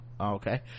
okay